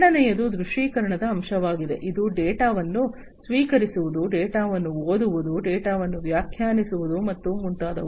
ಎರಡನೆಯದು ದೃಶ್ಯೀಕರಣದ ಅಂಶವಾಗಿದೆ ಇದು ಡೇಟಾವನ್ನು ಸ್ವೀಕರಿಸುವುದು ಡೇಟಾವನ್ನು ಓದುವುದು ಡೇಟಾವನ್ನು ವ್ಯಾಖ್ಯಾನಿಸುವುದು ಮತ್ತು ಮುಂತಾದವು